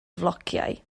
flociau